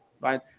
right